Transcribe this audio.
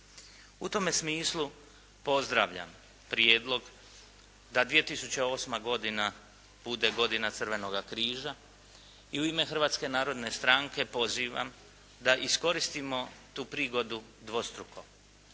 U tome smislu pozdravljam prijedlog da 2008. godine bude godina Crvenoga križa i u ime Hrvatske narodne stranke pozivam da iskoristimo tu prigodu dvostruko.